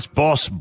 boss